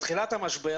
בתחילת המשבר